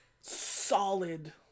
solid